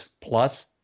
plus